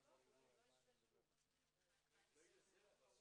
שהיא לא חדשה בנושאים האלה היא היתה שנים רבות